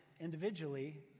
individually